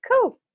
cool